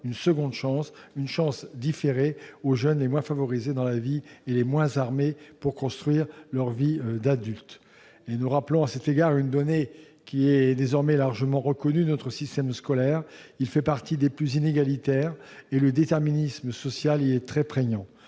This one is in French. une seconde chance, une chance différée aux jeunes les moins favorisés dans la vie et les moins armés pour construire leur vie d'adulte. Je rappelle à cet égard une donnée qui est désormais largement reconnue : notre système scolaire fait partie des plus inégalitaires, et le déterminisme social y est très prégnant,